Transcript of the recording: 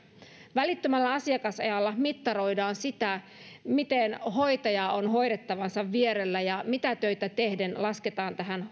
välittömällä asiakasajalla mittaroidaan sitä miten hoitaja on hoidettavansa vierellä ja mitä töitä tehden hänet lasketaan tähän